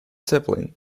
sibling